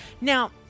Now